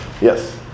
Yes